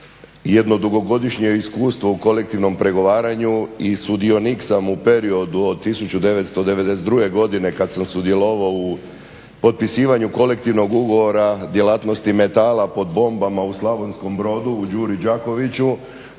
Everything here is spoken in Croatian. jedno dugogodišnje iskustvo u kolektivnom pregovaranju i sudionik sam u periodu od 1992. godine kad sam sudjelovao u potpisivanju kolektivnog ugovora djelatnosti metala pod bombama u Slavonskom Brodu u Đuri Đakoviću